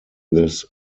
this